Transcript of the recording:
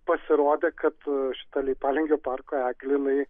pasirodė kad šita leipalingio parko eglė jinai